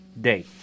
day